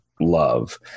love